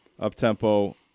up-tempo